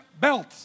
Belt